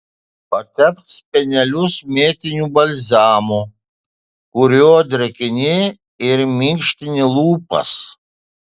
patepk spenelius mėtiniu balzamu kuriuo drėkini ir minkštini lūpas